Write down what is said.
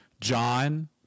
John